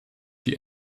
die